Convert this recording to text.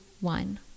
one